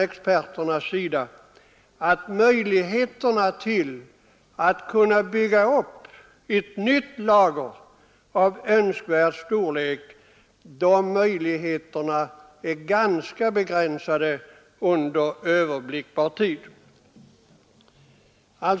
Experterna bedömer nu möjligheterna att bygga upp ett nytt lager av önskvärd storlek som ganska begränsade under överblickbar tid.